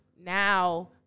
now